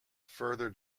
further